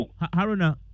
Haruna